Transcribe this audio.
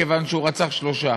כי הוא רצח שלושה.